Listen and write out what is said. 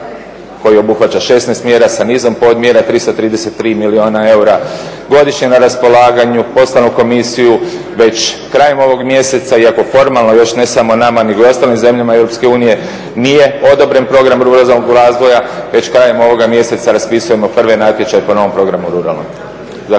koji obuhvaća 16 mjera sa nizom podmjera, 333 milijuna eura godišnje na raspolaganju, poslano u Komisiju već krajem ovog mjeseca, iako formalno još ne samo nama nego i ostalim zemljama Europske unije nije odobren program ruralnog razvoja već krajem ovoga mjeseca raspisujemo prve natječaje po novom programu ruralnom.